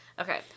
Okay